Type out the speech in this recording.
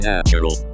Natural